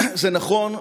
זה נכון,